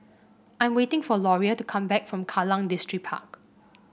I'm waiting for Loria to come back from Kallang Distripark